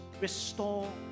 restore